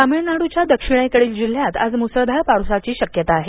तमिळनाडूच्या दक्षिणेकडील जिल्ह्यांत आज मुसळधार पावसाची शक्यता आहे